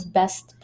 best